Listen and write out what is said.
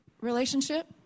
relationship